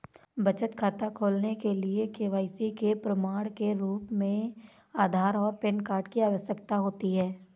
बचत खाता खोलने के लिए के.वाई.सी के प्रमाण के रूप में आधार और पैन कार्ड की आवश्यकता होती है